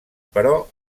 però